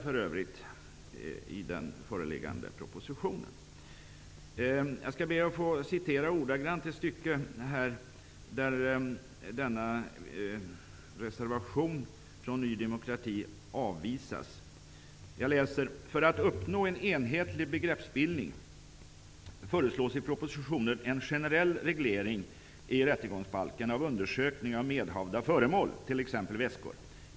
Jag citerar ur betänkandet ett stycke där reservationen från Ny demokrati avvisas: ''För att uppnå en enhetlig begreppsbildning föreslås i propositionen en generell reglering i RB av undersökning av medhavda föremål, t.ex. väskor.